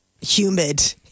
humid